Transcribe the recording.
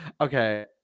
Okay